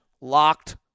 locked